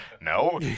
No